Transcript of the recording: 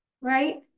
right